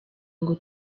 ngo